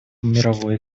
мировой